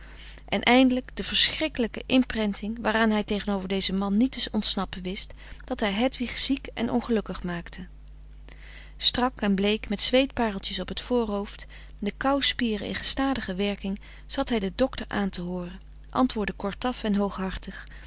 en eindelijk de schrikkelijke inprenting waaraan hij tegenover dezen man niet te ontsnappen wist dat hij hedwig ziek en ongelukkig maakte strak en bleek met zweetpareltjes op t voorhoofd de kauwspieren in gestadige werking zat hij den docter aan te hooren antwoordde kortaf en hooghartig